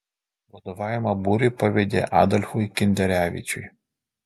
vadovavimą būriui pavedė adolfui kinderevičiui